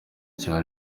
cya